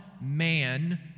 man